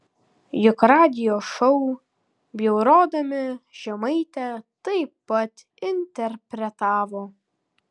juk radijo šou bjaurodami žemaitę taip pat interpretavo